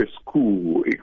school